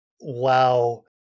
Wow